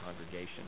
congregation